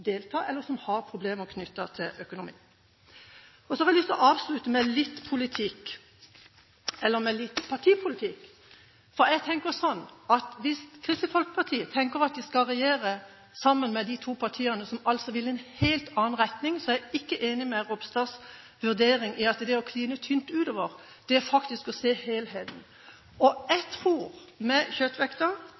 delta, eller som har problemer knyttet til økonomi. Så har jeg lyst til å avslutte med litt partipolitikk. Jeg tenker at hvis Kristelig Folkeparti tenker å regjere sammen med de to partiene som vil i en helt annen retning – og jeg er ikke enig i Ropstads vurdering at det klines tynt utover, det kan faktisk være at vi tar ansvar for helheten – tror jeg at – med